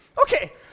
Okay